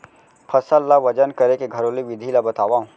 फसल ला वजन करे के घरेलू विधि ला बतावव?